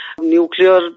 nuclear